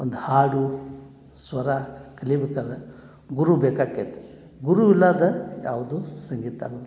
ಒಂದು ಹಾಡು ಸ್ವರ ಕಲಿಬೇಕಾದ್ರೆ ಗುರು ಬೇಕಾಗ್ತೈತಿ ಗುರುವಿಲ್ಲದ ಯಾವುದು ಸಂಗೀತ ಆಗುದಿಲ್ಲ